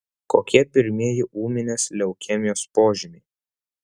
kokie pirmieji ūminės leukemijos požymiai